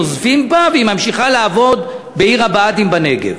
נוזפים בה והיא ממשיכה לעבוד בעיר הבה"דים בנגב,